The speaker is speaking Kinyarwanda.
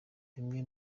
bimwe